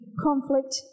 conflict